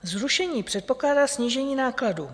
Zrušení předpokládá snížení nákladů.